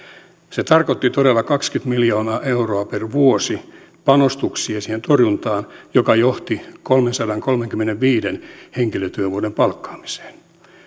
se tarkoitti todella kahtakymmentä miljoonaa euroa per vuosi panostuksia siihen torjuntaan joka johti kolmensadankolmenkymmenenviiden henkilötyövuoden palkkaamiseen